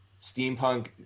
Steampunk